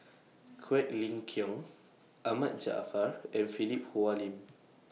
Quek Ling Kiong Ahmad Jaafar and Philip Hoalim